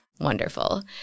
wonderful